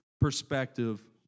perspective